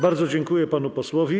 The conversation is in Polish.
Bardzo dziękuję panu posłowi.